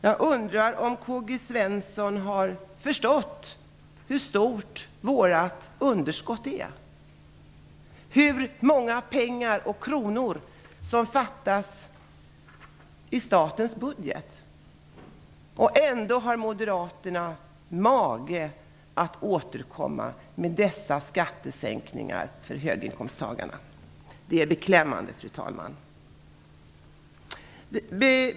Jag undrar om Karl-Gösta Svenson har förstått hur stort vårt underskott är, hur många pengar och kronor som fattas i statens budget. Ändå har Moderaterna mage att återkomma med dessa förslag om skattesänkningar för höginkomsttagarna. Det är beklämmande, fru talman.